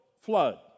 flood